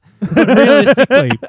Realistically